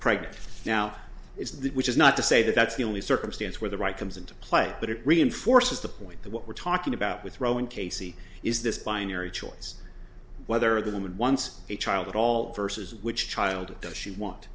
pregnant now is that which is not to say that that's the only circumstance where the right comes into play but it reinforces the point that what we're talking about with throwing casey is this binary choice whether the woman once a child at all vs which child does she want